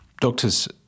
Doctors